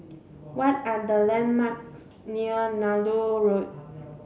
what are the landmarks near Nallur Road